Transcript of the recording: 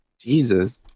jesus